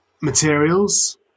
materials